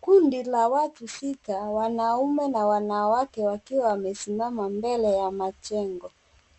Kundi la watu sita, wanaume na wanawake wakiwa wamesimama mbele ya majengo,